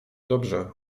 dobrze